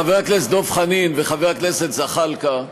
אני פשוט, חבר הכנסת דב חנין וחבר הכנסת זחאלקה,